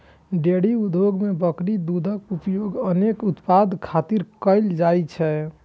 dairy उद्योग मे बकरी दूधक उपयोग अनेक उत्पाद खातिर कैल जाइ छै